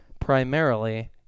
primarily